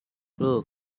look